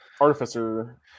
Artificer